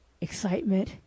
excitement